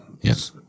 Yes